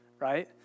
right